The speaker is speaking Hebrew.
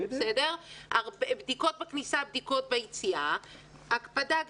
בדיקות בכניסה ובדיקות ביציאה והקפדה גדולה.